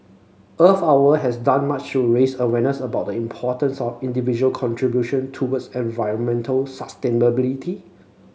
Earth Hour has done much to raise awareness about the importance of individual contribution towards environmental sustainability